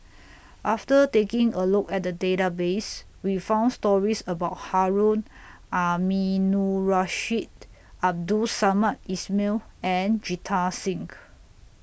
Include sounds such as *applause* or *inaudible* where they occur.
*noise* after taking A Look At The Database We found stories about Harun Aminurrashid Abdul Samad Ismail and Jita Singh